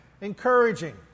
Encouraging